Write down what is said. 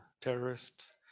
terrorists